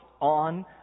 on